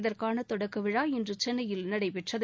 இதற்கான தொடக்க விழா இன்று சென்னையில் நடைபெற்றது